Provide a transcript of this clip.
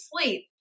sleep